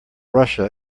russia